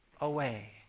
away